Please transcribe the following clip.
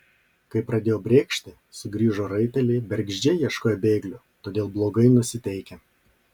kai pradėjo brėkšti sugrįžo raiteliai bergždžiai ieškoję bėglio todėl blogai nusiteikę